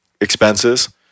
expenses